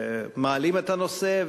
שמעלים את הנושא,